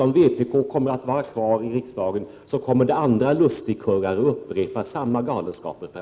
Om vpk blir kvar i riksdagen, kommer säkert andra lustigkurrar att framöver upprepa samma galenskaper.